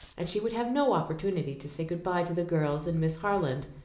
and she would have no opportunity to say goodbye to the girls and miss harland.